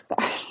Sorry